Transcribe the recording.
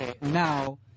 Now